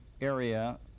area